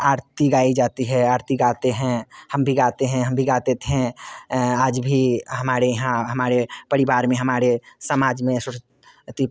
आरती गाई जाती है आरती गाते हैं हम भी गाते हैं हम भी गाते थे आज भी हमारे यहाँ हमारे परिवार में हमारे समाज में सरस्वती